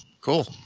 Cool